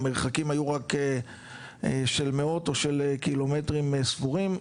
המרחקים היו רק של מאות מטרים או קילומטרים ספורים,